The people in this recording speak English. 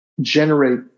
generate